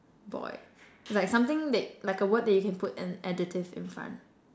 boy it's like something that like a word that you can put an adjective in front